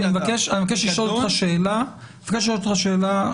אני מבקש לשאול אותך שאלה עניינית,